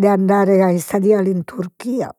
de andare a istadiale in Turchia